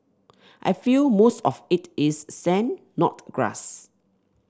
I feel most of it is sand not grass